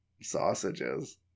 sausages